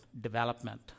development